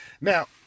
Now